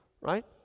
right